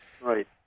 Right